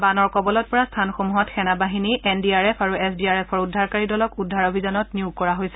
বানৰ কবলত পৰা স্থানসমূহত সেনা বাহিনী এন ডি আৰ এফ আৰু এছ ডি আৰ এফৰ উদ্ধাৰকাৰী দলক উদ্ধাৰ অভিযানত নিয়োগ কৰা হৈছে